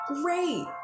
Great